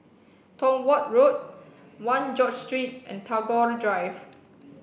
Tong Watt Road One George Street and Tagore Drive